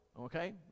Okay